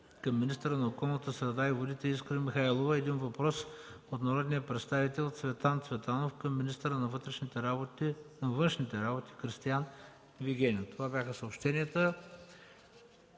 към министъра на околната среда и водите Искра Михайлова; – въпрос от народния представител Цветан Цветанов – към министъра на външните работи Кристиан Вигенин. Това бяха съобщенията.